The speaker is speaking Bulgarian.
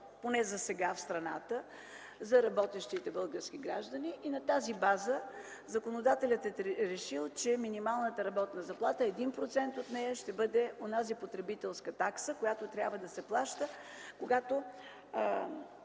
минимален стандарт за работещите български граждани. На тази база законодателят е решил, че 1% от минималната работна заплата ще бъде онази потребителска такса, която трябва да се плаща, когато